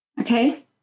Okay